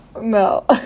No